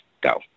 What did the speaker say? Go